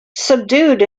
subdued